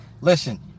Listen